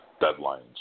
deadlines